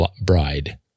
bride